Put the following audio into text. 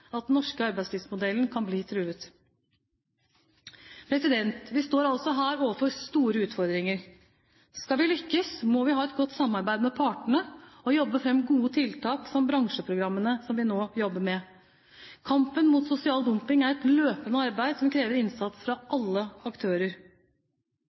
at den norske arbeidslivsmodellen kan bli truet. Vi står altså her overfor store utfordringer. Skal vi lykkes, må vi ha et godt samarbeid med partene og jobbe frem gode tiltak som bransjeprogrammene, som vi nå jobber med. Kampen mot sosial dumping er et løpende arbeid som krever innsats fra